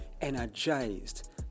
energized